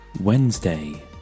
Wednesday